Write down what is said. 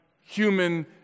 human